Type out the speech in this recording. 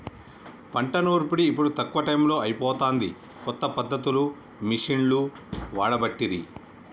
పంట నూర్పిడి ఇప్పుడు తక్కువ టైములో అయిపోతాంది, కొత్త పద్ధతులు మిషిండ్లు వాడబట్టిరి